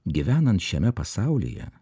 gyvenant šiame pasaulyje